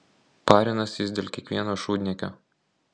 parinasi jis dėl kiekvieno šūdniekio